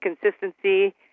consistency